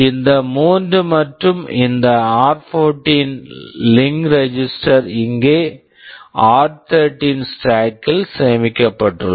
இந்த மூன்று மற்றும் இந்த ஆர்14 r14 link register link registrer இங்கே ஆர்13 r13 ஸ்டேக் stack ல் சேமிக்கப்பட்டுள்ளன